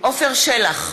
עפר שלח,